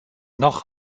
noch